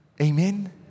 Amen